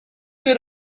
did